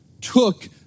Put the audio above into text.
took